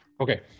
Okay